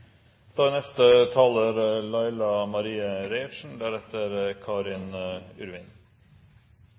Da er neste taler representanten Trine Skei Grande, deretter